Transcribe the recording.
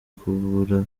kubura